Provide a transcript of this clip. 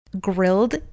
grilled